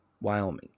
Wyoming